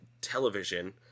television